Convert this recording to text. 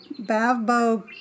Bavbo